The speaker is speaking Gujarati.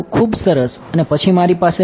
ખૂબ સારસ અને પછી મારી પાસે હશે